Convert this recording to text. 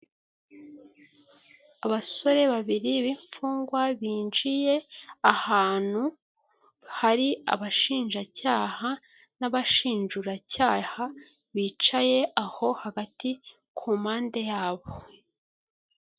Abasore babiri b'imfungwa binjiye ahantu hari abashinjacyaha n'abashinjuracyaha bicaye aho hagati ku mpande yabo.